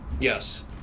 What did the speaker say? Yes